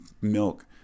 milk